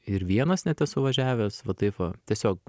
ir vienas net esu važiavęs va taip va tiesiog